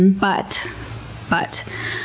but but,